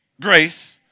grace